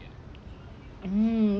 mm